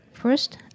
First